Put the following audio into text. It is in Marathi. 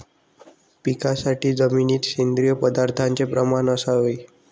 पिकासाठी जमिनीत सेंद्रिय पदार्थाचे प्रमाण असावे